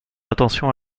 attention